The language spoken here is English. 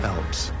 Alps